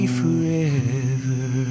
forever